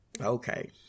Okay